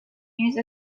use